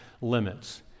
limits